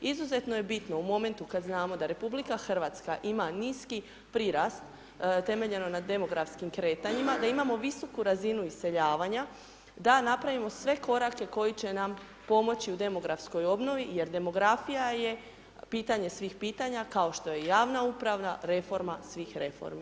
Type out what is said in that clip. Izuzetno je bitno u momentu kad znamo da RH ima nisi prirast temeljeno na demografskim kretanjima, da imamo visoku razinu iseljavanja, da napravimo sve korake koji će na m pomoći u demografskoj obnovi jer demografija je pitanje svih pitanja kao što je javna uprava reforma svih reformi.